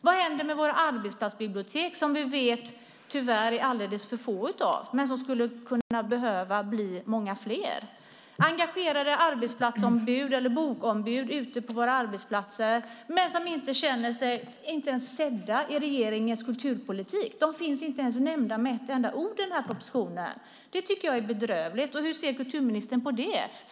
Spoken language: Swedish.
Vad händer med våra arbetsplatsbibliotek som vi vet tyvärr är alldeles för få men skulle behöva bli många fler? Engagerade arbetsplatsombud eller bokombud ute på våra arbetsplatser känner sig inte ens sedda i regeringens kulturpolitik. De finns inte nämnda med ett enda ord i propositionen. Det tycker jag är bedrövligt. Hur ser kulturministern på det?